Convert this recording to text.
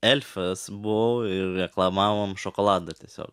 elfas buvau ir reklamavom šokoladą tiesiog